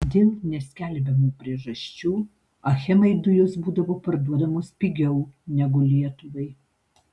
dėl neskelbiamų priežasčių achemai dujos būdavo parduodamos pigiau negu lietuvai